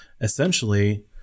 essentially